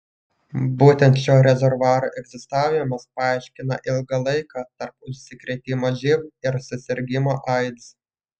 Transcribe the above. būtent šio rezervuaro egzistavimas paaiškina ilgą laiką tarp užsikrėtimo živ ir susirgimo aids